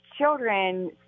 children